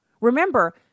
Remember